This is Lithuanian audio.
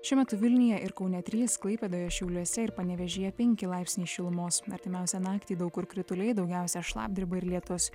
šiuo metu vilniuje ir kaune trys klaipėdoje šiauliuose ir panevėžyje penki laipsniai šilumos artimiausią naktį daug kur krituliai daugiausia šlapdriba ir lietus